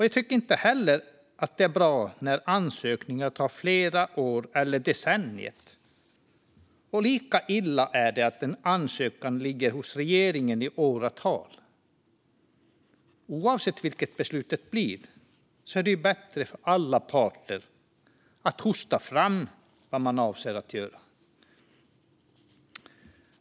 Jag tycker inte heller att det är bra när ansökningar tar flera år eller ett decennium, och lika illa är det att en ansökan ligger hos regeringen i åratal. Oavsett vilket beslutet blir är det ju bättre för alla parter att man hostar fram vad man avser att göra.